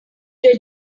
was